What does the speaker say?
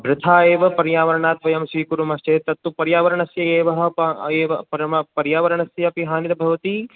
वृथा एव पर्यावरणात् वयं स्वीकुर्मः चेत् तत्तु पर्यावरणस्य एव एव पर्यावरणस्यापि हानिर्भवति